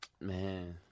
Man